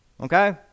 Okay